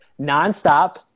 nonstop